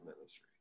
ministry